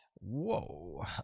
whoa